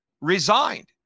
resigned